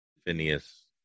Phineas